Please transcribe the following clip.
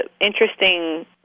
interesting